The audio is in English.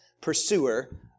pursuer